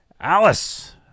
Alice